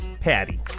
Patty